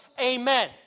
Amen